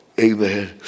Amen